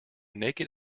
naked